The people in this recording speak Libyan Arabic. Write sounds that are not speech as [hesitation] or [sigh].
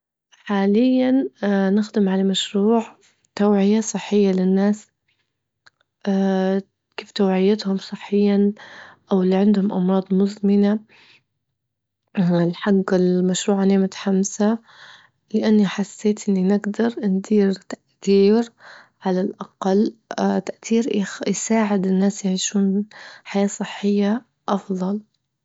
حاليا [hesitation] نخدم على مشروع توعية صحية للناس [hesitation] كيف توعيتهم صحيا أو اللي عندهم أمراض مزمنة [hesitation] الحج المشروع عليه متحمسة، لأني حسيت إني نجدر ندير تأثير على الأقل [hesitation] تأثير يساعد الناس يعيشون حياة صحية أفظل.